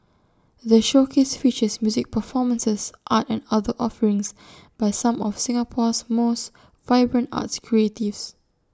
the showcase features music performances art and other offerings by some of Singapore's most vibrant arts creatives